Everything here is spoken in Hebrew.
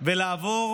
ולעבור